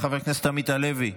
חבר הכנסת איימן עודה,